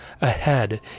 Ahead